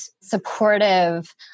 supportive